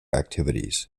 activities